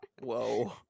Whoa